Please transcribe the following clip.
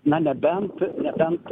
na nebent nebent